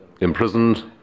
imprisoned